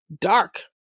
dark